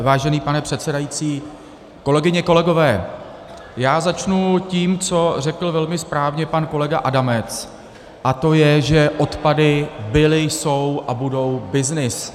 Vážený pane předsedající, kolegyně, kolegové, začnu tím, co řekl velmi správně pan kolega Adamec, a to je, že odpady byly, jsou a budou byznys.